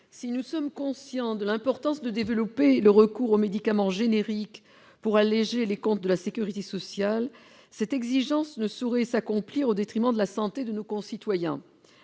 Si nous sommes conscients de l'importance de développer le recours aux médicaments génériques pour alléger les comptes de la sécurité sociale, cela ne saurait s'accomplir au détriment de la santé de nos concitoyens.